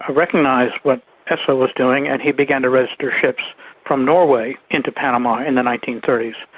ah recognised what esso was doing and he began to register ships from norway into panama in the nineteen thirty s.